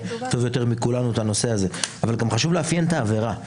טוב מכולנו את הנושא הזה אבל חשוב לאפיין את העברה.